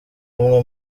umwe